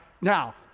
Now